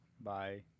Bye